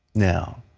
now,